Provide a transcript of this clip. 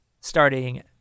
starting